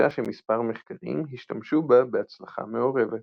גישה שמספר מחקרים השתמשו בה בהצלחה מעורבת.